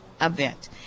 event